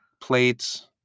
Plates